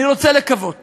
אני רוצה לקוות